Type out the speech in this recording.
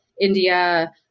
India